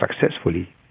successfully